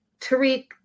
Tariq